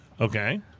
Okay